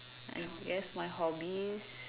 I guess my hobbies